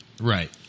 Right